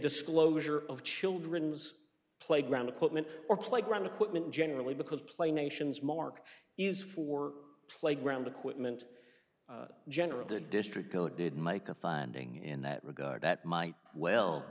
disclosure of children's playground equipment or playground equipment generally because play nations mark is for playground equipment general the district go did make a finding in that regard that might well